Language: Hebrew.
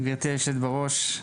גברתי יושבת הראש,